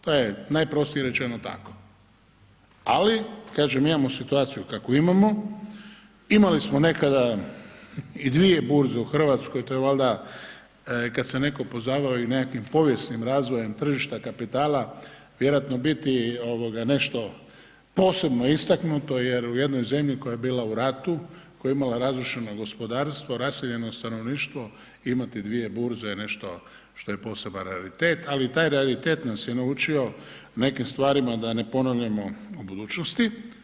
To je najprostije rečeno tako, ali kažem imamo situaciju kakvu imamo, imali smo nekada i dvije burze u Hrvatskoj to je valjda kad se netko pozabavi i nekakvim povijesnim razvojem tržišta kapitala vjerojatno biti ovoga nešto posebno istaknuto jer u jednoj zemlji koja je bila u ratu, koja je imala razrušeno gospodarstvo, raseljeno stanovništvo imati dvije burze je nešto što je poseban raritet, ali i taj raritet nas je naučio nekim stvarima da ne ponavljamo u budućnosti.